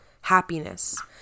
happiness